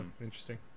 interesting